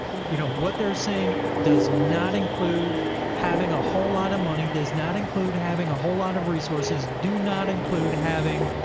you know, what they're saying does not include having a whole lot of money, does not include having a whole lot of resources, do not include having